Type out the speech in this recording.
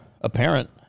apparent